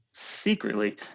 Secretly